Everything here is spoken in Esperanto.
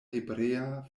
hebrea